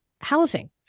housing